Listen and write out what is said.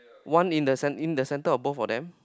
one in the cen~ in the center of both of them